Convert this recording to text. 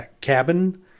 cabin